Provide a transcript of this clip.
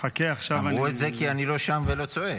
אמרו את זה כי אני לא שם ולא צועק.